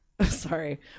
sorry